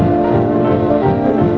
oh